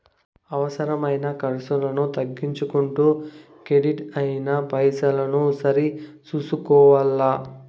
అవసరమైన కర్సులను తగ్గించుకుంటూ కెడిట్ అయిన పైసల్ని సరి సూసుకోవల్ల